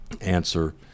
answer